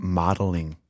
modeling